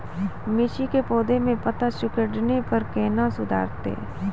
मिर्ची के पौघा मे पत्ता सिकुड़ने पर कैना सुधरतै?